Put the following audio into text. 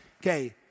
Okay